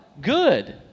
good